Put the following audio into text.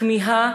כמיהה